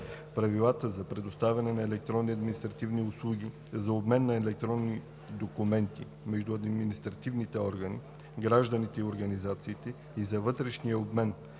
Правилата за предоставяне на електронни административни услуги, за обмена на електронни документи между административните органи, гражданите и организациите и за вътрешния обмен